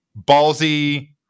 ballsy